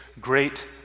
great